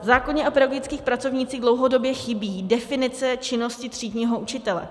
V zákoně o pedagogických pracovnících dlouhodobě chybí definice činnosti třídního učitele.